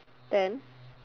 then